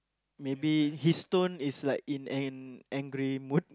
maybe his tone is like in an angry mood